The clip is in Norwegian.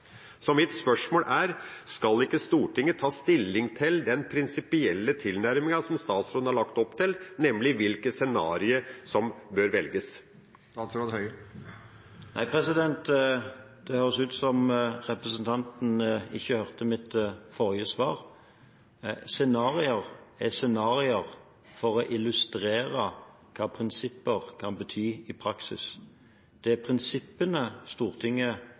Så mitt spørsmål er: Skal ikke Stortinget ta stilling til den prinsipielle tilnærmingen som statsråden har lagt opp til, nemlig hvilket scenario som bør velges? Det høres ut som om representanten ikke hørte mitt forrige svar. Scenarioer er scenarioer for å illustrere hva prinsipper kan bety i praksis. Det er prinsippene Stortinget